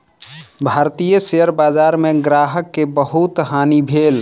भारतीय शेयर बजार में ग्राहक के बहुत हानि भेल